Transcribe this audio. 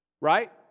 right